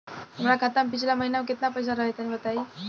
हमरा खाता मे पिछला महीना केतना पईसा रहे तनि बताई?